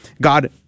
God